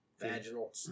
Vaginal